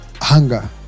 hunger